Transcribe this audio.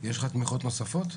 יש לך תמיכות נוספות?